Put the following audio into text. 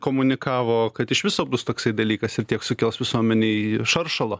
komunikavo kad iš viso bus toksai dalykas ir tiek sukels visuomenėj šaršalo